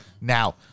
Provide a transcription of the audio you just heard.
Now